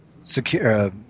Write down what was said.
secure